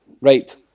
Right